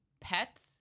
pets